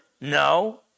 No